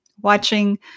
watching